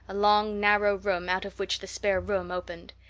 a long narrow room out of which the spare room opened.